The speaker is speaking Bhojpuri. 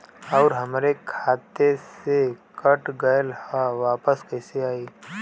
आऊर हमरे खाते से कट गैल ह वापस कैसे आई?